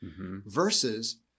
Versus